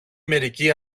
μερικοί